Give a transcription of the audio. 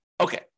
Okay